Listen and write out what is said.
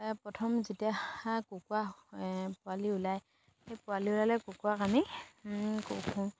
প্ৰথম যেতিয়া কুকুৰা পোৱালি ওলায় সেই পোৱালি ওলালে কুকুৰাক আমি